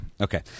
Okay